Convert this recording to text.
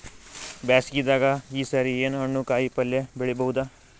ಬ್ಯಾಸಗಿ ದಾಗ ಈ ಸರಿ ಏನ್ ಹಣ್ಣು, ಕಾಯಿ ಪಲ್ಯ ಬೆಳಿ ಬಹುದ?